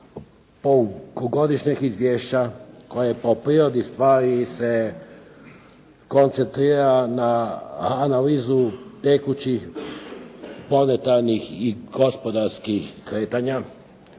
kod godišnjeg izvješća koji po prirodi stvari se koncentrira na analizu tekućih, planetarnih i gospodarskih kretanja